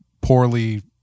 poorly